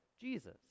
Jesus